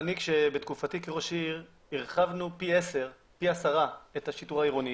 בתקופתי כראש עיר הרחבנו פי עשרה את השיטור העירוני,